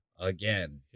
again